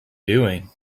doing